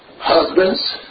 husbands